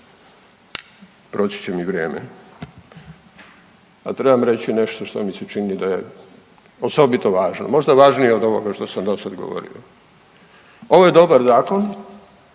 Proći će mi vrijeme, a trebam reći nešto što mi se čini da je osobito važno, možda važnije od ovoga što sam dosad govorio. Ovo je dobar zakon,